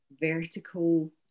vertical